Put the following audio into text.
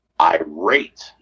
irate